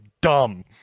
dumb